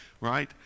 right